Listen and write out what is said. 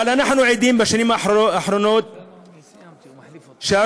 אבל אנחנו עדים בשנים האחרונות לכך שהרופאים,